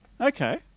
Okay